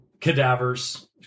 cadavers